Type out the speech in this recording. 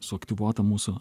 su aktyvuota mūsų